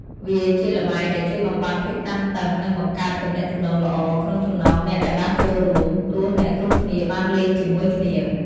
វាជាល្បែងដែលជួយបំបាត់ភាពតានតឹង និងបង្កើត ទំនាក់ទំនងល្អ ក្នុងចំណោមអ្នកដែលបានចូលរួម ព្រោះអ្នកគ្រប់គ្នាបានលេងជាមួយគ្នា។